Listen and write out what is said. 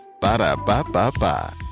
Ba-da-ba-ba-ba